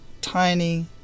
tiny